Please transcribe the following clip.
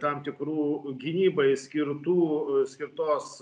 tam tikrų gynybai skirtų skirtos